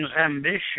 ambition